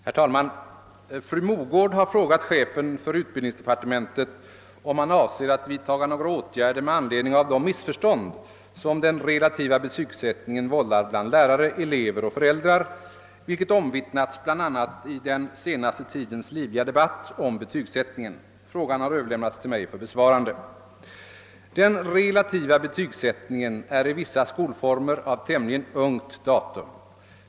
Herr talman! Fru Mogård har frågat chefen för utbildningsdepartementet, om han avser att vidtaga några åtgärder med anledning av de missförstånd som den relativa betygsättningen vållar bland lärare, elever och föräldrar, vilket omvittnats bl.a. i den senaste tidens livliga debatt om betygsättningen. Frågan har överlämnats till mig för besvarande. Den relativa betygsättningen är i vissa skolformer av tämligen ungt datum.